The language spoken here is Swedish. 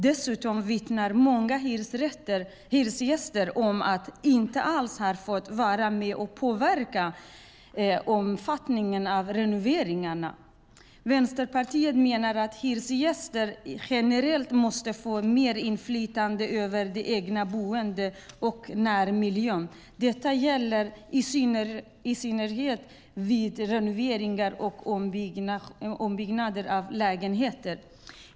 Dessutom vittnar många hyresgäster om att de inte alls har fått vara med och påverka omfattningen av renoveringen. Vänsterpartiet menar att hyresgäster generellt måste få mer inflytande över det egna boendet och närmiljön. Detta gäller i synnerhet vid renoveringar och ombyggnader av lägenheter.